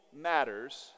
matters